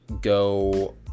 go